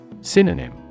Synonym